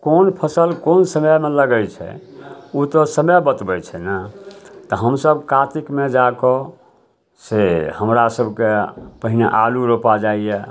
कोन फसिल कोन समयमे लगै छै ओ तऽ समय बतबै छै ने तऽ हमसभ कातिकमे जाकऽ से हमरासभके पहिने आलू रोपा जाइए